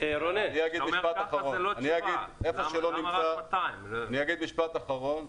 אני אגיד משפט אחרון.